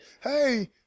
hey